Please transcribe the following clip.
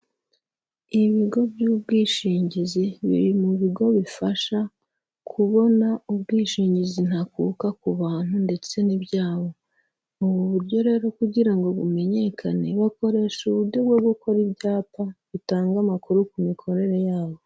Ibigo by'ubwishingizi biri mu bigo bifasha kubona ubwishingizi ntakuka ku bantu ndetse n'ibyabo, ubu buryo rero kugira ngo bumenyekane bakoreshe uburyo bwo gukora ibyapa bitanga amakuru ku mikorere yabo.